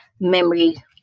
memory